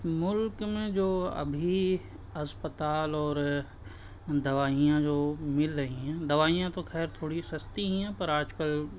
ملک میں جو ابھی اسپتال اور دوائیاں جو مل رہی ہیں دوائیاں تو خیر تھوڑی سستی ہی ہیں پر آج کل